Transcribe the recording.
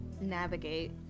navigate